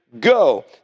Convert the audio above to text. Go